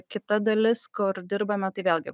kita dalis kur dirbame tai vėlgi